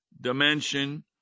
dimension